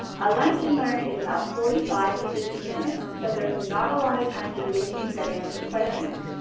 a lunch-and-learn is about forty five to fifty minutes, so there's not a lot of time to do anything but answer questions.